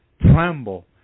tremble